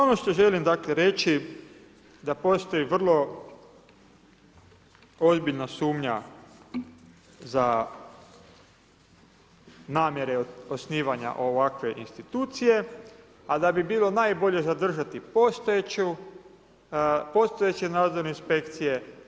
Ono što želim dakle reći da postoji vrlo ozbiljna sumnja za namjere osnivanja ovakve institucije a da bi bilo najbolje zadržati postojeće nadzorne inspekcije.